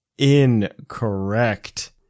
Incorrect